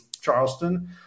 Charleston